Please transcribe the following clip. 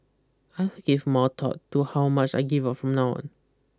I will give more thought to how much I give out from now